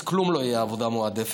אז כלום לא יהיה עבודה מועדפת,